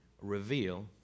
reveal